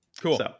Cool